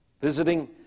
visiting